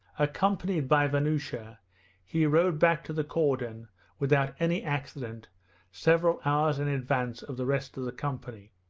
accompanied by vanyusha he rode back to the cordon without any accident several hours in advance of the rest of the company.